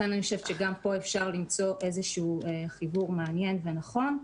פה אפשר למצוא חיבור מעניין ונכון.